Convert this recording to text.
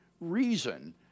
reason